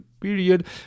period